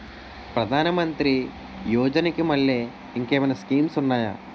ప్రధాన మంత్రి యోజన కి మల్లె ఇంకేమైనా స్కీమ్స్ ఉన్నాయా?